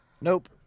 Nope